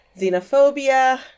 xenophobia